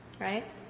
right